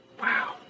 wow